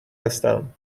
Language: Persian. هستم